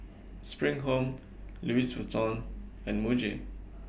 SPRING Home Louis Vuitton and Muji